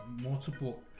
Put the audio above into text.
multiple